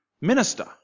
minister